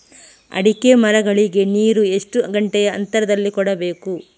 ಅಡಿಕೆ ಮರಗಳಿಗೆ ನೀರು ಎಷ್ಟು ಗಂಟೆಯ ಅಂತರದಲಿ ಕೊಡಬೇಕು?